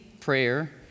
prayer